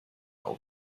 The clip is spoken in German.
auf